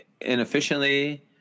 inefficiently